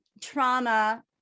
trauma